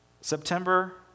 September